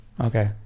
Okay